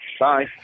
Bye